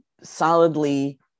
solidly